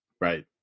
right